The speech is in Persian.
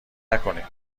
نکنین